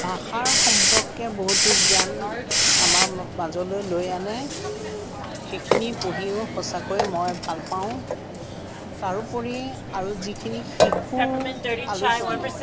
ভাষাৰ সম্পৰ্কে বহুতো জ্ঞান আমাৰ ম মাজলৈ লৈ আনে সেইখিনি পঢ়িও সঁচাকৈ মই ভাল পাওঁ তাৰোপৰি আৰু যিখিনি শিশুৰ আলোচনী